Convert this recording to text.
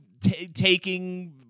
taking